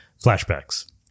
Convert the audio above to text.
flashbacks